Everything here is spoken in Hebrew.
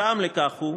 הטעם לכך הוא,